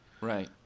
right